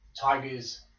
Tiger's